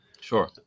Sure